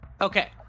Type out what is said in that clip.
Okay